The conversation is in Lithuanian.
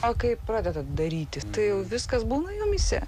o kai pradedat daryti tai jau viskas būna jumyse